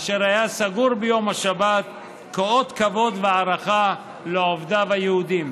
אשר היה סגור ביום השבת כאות כבוד והערכה לעובדיו היהודים.